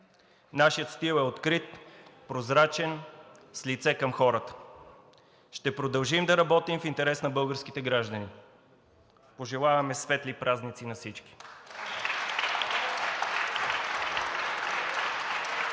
нашият стил е прозрачен, с лице към хората. Ще продължим да работим в интерес на българските граждани. Пожелаваме светли празници на всички!